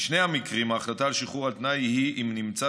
בשני המקרים ההחלטה על שחרור על תנאי היא אם נמצא